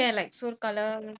because my friend play